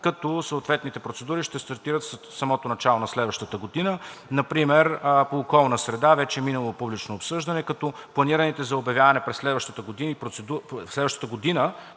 като съответните процедури ще стартират в самото начало на следващата година. Например по „Околна среда“ вече е минало публично обсъждане, като планираните за обявяване през следващата година